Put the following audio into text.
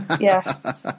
Yes